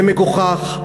זה מגוחך,